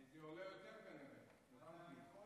זה עולה יותר, כנראה.